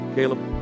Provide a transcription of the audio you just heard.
Caleb